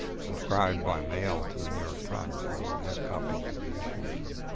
subscribed by mail to the new york times, so we would have copies of the issues and